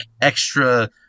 extra